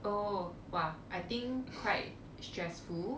oh !wah! I think quite stressful